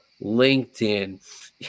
LinkedIn